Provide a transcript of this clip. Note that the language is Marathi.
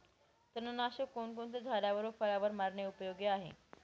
तणनाशक कोणकोणत्या झाडावर व फळावर मारणे उपयोगी आहे?